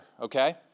okay